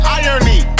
irony